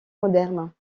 modernes